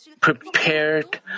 prepared